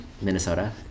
Minnesota